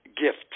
gift